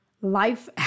life